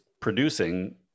producing